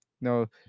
No